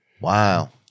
Wow